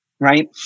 right